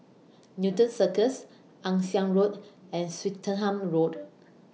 Newton Cirus Ann Siang Road and Swettenham Road